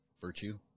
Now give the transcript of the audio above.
virtue